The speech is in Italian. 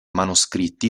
manoscritti